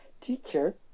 teacher